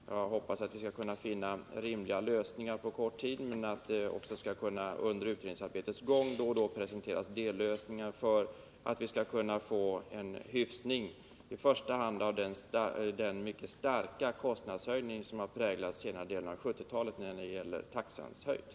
Jag hoppas att vi skall kunna komma fram till rimliga lösningar på kort tid, men också att det under utredningsarbetets gång då och då skall kunna presenteras dellösningar så att vi kan få en hyfsning av i första hand den mycket starka kostnadshöjning av taxan som har skett under senare delen av 1970-talet.